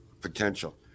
potential